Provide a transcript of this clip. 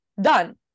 done